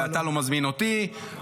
ואתה לא מזמין אותי,